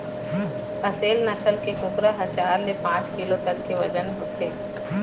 असेल नसल के कुकरा ह चार ले पाँच किलो तक के बजन होथे